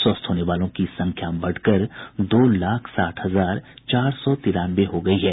स्वस्थ होने वालों की संख्या बढ़कर दो लाख साठ हजार चार सौ तिरानवे हो गयी है